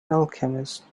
alchemist